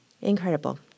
Incredible